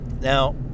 Now